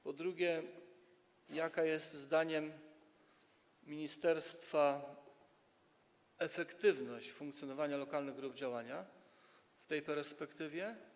Po drugie, jaka jest zdaniem ministerstwa efektywność funkcjonowania lokalnych grup działania w tej perspektywie?